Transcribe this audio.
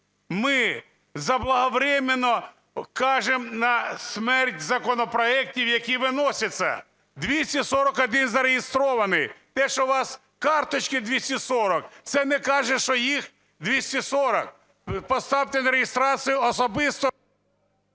Ми заблаговременно кажемо на смерть законопроектів, які виносяться. 241 зареєстрований. Те, що у вас карточок 240, це не каже, що їх 240. Поставте на реєстрацію особисто.